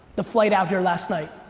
the flight out here last night,